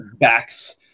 backs